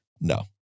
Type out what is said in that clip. no